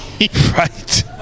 right